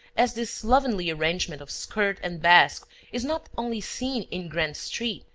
as this slovenly arrangement of skirt and basque is not only seen in grand street,